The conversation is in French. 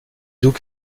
doux